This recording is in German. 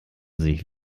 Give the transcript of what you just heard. sich